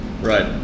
Right